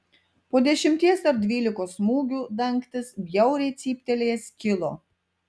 po dešimties ar dvylikos smūgių dangtis bjauriai cyptelėjęs skilo